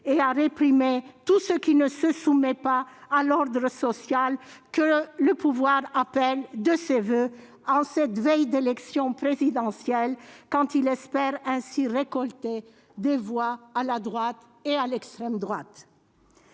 et à réprimer tout ce qui ne se soumet pas à l'ordre social que le pouvoir appelle de ses voeux en cette veille d'élection présidentielle, espérant ainsi récolter des voix à la droite et à l'extrême droite.